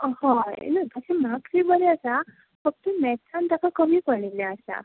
हय तशें ना मार्क्स तशें बरें आसा फक्त मॅत्सान तेका कमी पडिल्लें आसा